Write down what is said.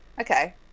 okay